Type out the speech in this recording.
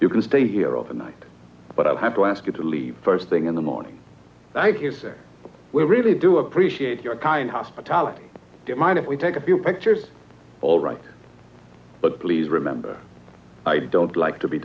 you can stay here overnight but i'll have to ask you to leave first thing in the morning thank you we really do appreciate your kind hospitality there mind if we take a few pictures all right but please remember i don't like to be